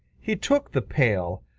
he took the pail,